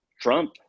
Trump